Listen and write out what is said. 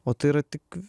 o tai yra tik